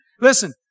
listen